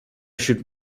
should